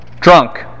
Drunk